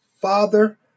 father